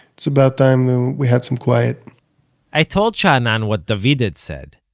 it's about time we had some quiet i told sha'anan what david had said.